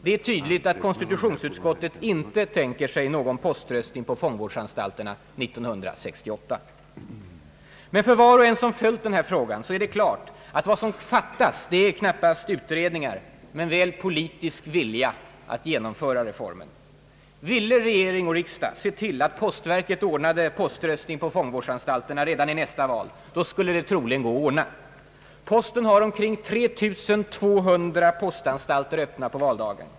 Det är tydligt att konstitutionsutskottet inte tänker sig någon poströstning på fångvårdsanstalterna år 1968. Men för var och en som följt den här frågan är det klart att vad som fattas är knappast utredningar men väl politisk vilja att genomföra reformen. Ville regering och riksdag se till att postverket ordnar poströstning på fångvårdsanstalterna redan i nästa val, skulle det troligen gå att ordna. Posten har omkring 3200 postanstalter öppna på valdagen.